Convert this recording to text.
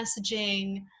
messaging